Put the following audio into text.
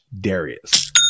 Darius